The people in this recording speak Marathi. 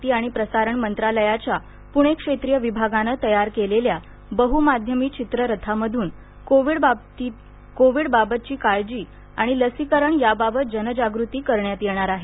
माहिती आणि प्रसारण मंत्रालयाच्या पुणे क्षेत्रीय विभागानं तयार केलेल्या बहुमाध्यमी चित्ररथामधून कोविडबाबतची काळजी आणि लसीकरण याबाबत जगजागृती करण्यात येणार आहे